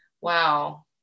wow